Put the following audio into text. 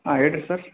ಹಾಂ ಹೇಳ್ ರೀ ಸರ್